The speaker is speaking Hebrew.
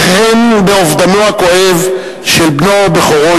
וכן באובדנו הכואב של בנו בכורו,